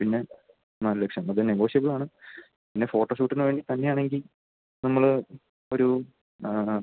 പിന്നെ നാല് ലക്ഷം അത് നെഗോഷ്യബ്ളാണ് പിന്നെ ഫോട്ടോഷൂട്ടിന് വേണ്ടി തന്നെയാണെങ്കില് നമ്മളൊരു